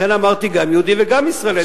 לכן, אמרתי גם יהודי וגם ישראלי.